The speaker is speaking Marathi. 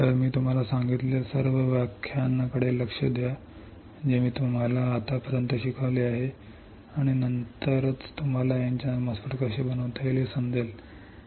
तर मी तुम्हाला सांगितलेल्या सर्व व्याख्यानांकडे लक्ष द्या जे मी तुम्हाला आत्तापर्यंत शिकवले आहे आणि नंतर आणि नंतरच तुम्हाला एन चॅनेल MOSFET कसे बनवता येईल हे समजण्यास सक्षम असेल